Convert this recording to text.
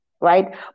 right